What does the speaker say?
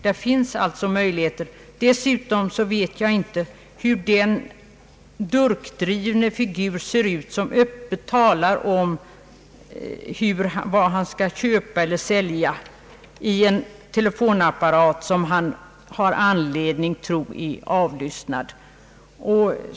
Dessutom vet jag inte hur den durkdrivne figur ser ut som öppet talar om vad han skall köpa eller sälja, i fråga om narkotika om han har anledning att tro att telefonapparaten är avlyssnad.